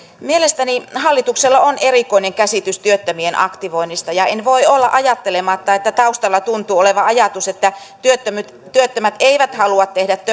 mielestäni hallituksella on erikoinen käsitys työttömien aktivoinnista ja en voi olla ajattelematta että taustalla tuntuu olevan ajatus että työttömät työttömät eivät halua tehdä töitä